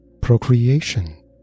procreation